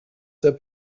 der